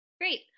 Great